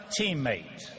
teammate